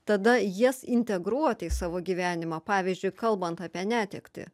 tada jas integruoti į savo gyvenimą pavyzdžiui kalbant apie netektį